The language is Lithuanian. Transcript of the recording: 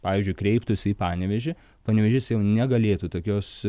pavyzdžiui kreiptųsi į panevėžį panevėžys jau negalėtų tokios